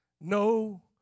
no